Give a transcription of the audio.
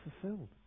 fulfilled